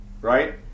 right